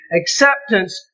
Acceptance